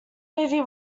movie